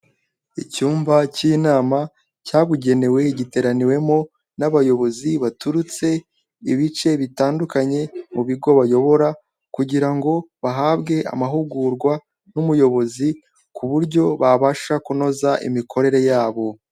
Icyumba k'inama cyabugenewe, giteraniwemo n'abayobozi baturutse mu bice bitandukanye mu bigo bayobora kugira ngo bahabwe amahugurwa n'umuyobozi ku buryo babasha kunoza imikorere yabo.